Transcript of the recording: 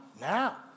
now